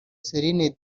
celine